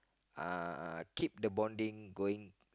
uh keep the bonding going uh